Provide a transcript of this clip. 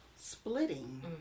splitting